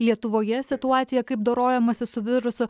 lietuvoje situaciją kaip dorojamasi su virusu